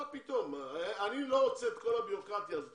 אני לא רוצה את כל הבירוקרטיה הזאת.